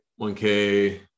1K